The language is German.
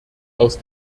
aus